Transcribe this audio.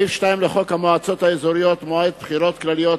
סעיף 2 לחוק המועצות האזוריות (מועד בחירות כלליות),